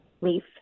leaf